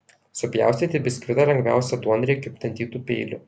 supjaustyti biskvitą lengviausia duonriekiu dantytu peiliu